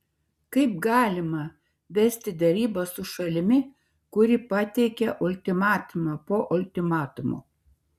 kaip galima vesti derybas su šalimi kuri pateikia ultimatumą po ultimatumo